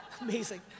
Amazing